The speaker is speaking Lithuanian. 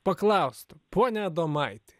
paklaustų pone adomaiti